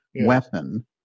weapon